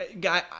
Guy